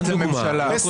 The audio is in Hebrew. מתאימה.